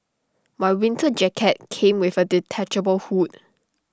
my winter jacket came with A detachable hood